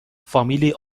فامیلی